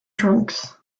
trunks